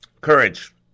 Courage